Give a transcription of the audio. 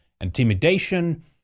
intimidation